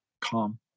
calm